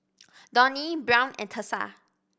Donnie Brown and Thursa